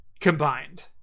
Combined